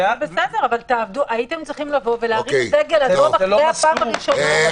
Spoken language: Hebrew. הייתם צריכים לבוא ולהרים דגל אדום אחרי הפעם הראשונה.